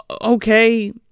okay